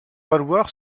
valoir